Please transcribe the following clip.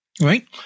right